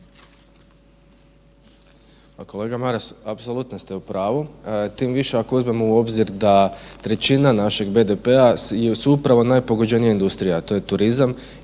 kolega Maras, apsolutno ste u pravu. Tim više, ako uzmemo u obzir da trećina našeg BDP-a su upravo najpogođenija industrija, a to je turizam